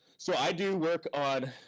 so i do work on